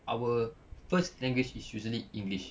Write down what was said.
our first language is usually english